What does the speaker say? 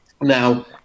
Now